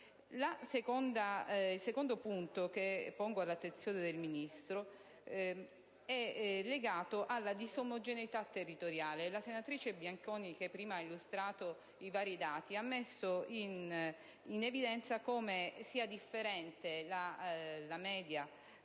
Il secondo punto che pongo all'attenzione del Ministro è legato alla disomogeneità territoriale. La senatrice Bianconi, che prima ha illustrato i vari dati, ha messo in evidenza come sia differente il numero delle